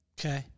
Okay